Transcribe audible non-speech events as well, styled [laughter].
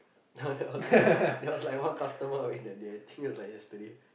[laughs] there was there was like one customer in that day I think it was like yesterday